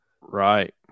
Right